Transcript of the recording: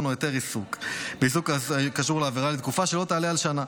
או היתר עיסוק בעיסוק הקשור לעבירה לתקופה שלא תעלה על שנה,